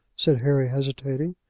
said harry, hesitating.